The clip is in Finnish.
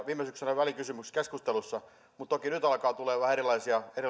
viime syksynä välikysymyskeskustelussa mutta toki nyt alkaa tässä debatissa tulla jo vähän erilaisia